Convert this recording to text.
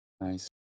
Nice